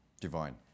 Divine